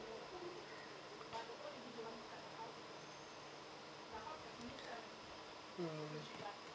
mm